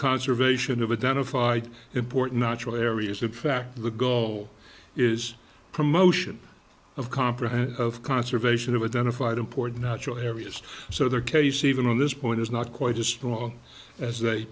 conservation of identify important not to areas in fact the goal is promotion of comprehension of conservation of identified important natural areas so their case even on this point is not quite as strong as